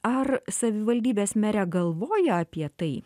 ar savivaldybės merė galvoja apie tai